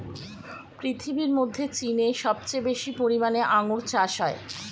পৃথিবীর মধ্যে চীনে সবচেয়ে বেশি পরিমাণে আঙ্গুর চাষ হয়